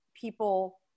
people